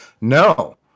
No